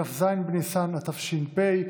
כ"ז בניסן התש"ף,